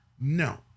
No